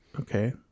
Okay